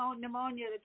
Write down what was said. pneumonia